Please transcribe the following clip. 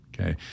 okay